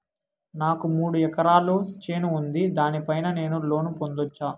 నాకు మూడు ఎకరాలు చేను ఉంది, దాని పైన నేను లోను పొందొచ్చా?